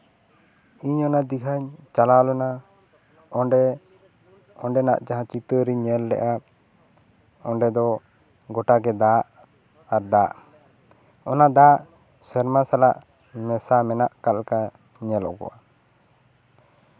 ᱤᱧ ᱚᱱᱟ ᱫᱤᱜᱷᱟᱧ ᱪᱟᱞᱟᱣ ᱞᱮᱱᱟ ᱚᱸᱰᱮ ᱚᱸᱰᱮᱱᱟᱜ ᱡᱟᱦᱟᱸ ᱪᱤᱛᱟᱹᱨᱤᱧ ᱧᱮᱞ ᱞᱮᱫᱟ ᱚᱸᱰᱮ ᱫᱚ ᱜᱚᱴᱟ ᱜᱮ ᱫᱟᱜ ᱟᱨ ᱫᱟᱜ ᱚᱱᱟ ᱫᱟᱜ ᱥᱮᱨᱢᱟ ᱥᱟᱞᱟᱜ ᱢᱮᱥᱟ ᱢᱮᱱᱟᱜ ᱠᱟᱫ ᱞᱮᱠᱟ ᱧᱮᱞᱚᱜᱚᱜᱼᱟ